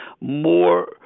more